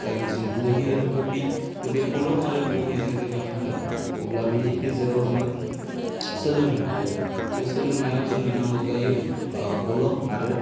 जायखौ जोङो बहि होनो कपि थ बे खलम आरो बहिजों जेब्ला थाङो अब्ला बिनि गेजेराव जोङो सोलोंनो हायो आरो बे सोलोंनायाव जोंनो नांगौ जायो ओ खलम आरो